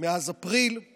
מאז אפריל הוא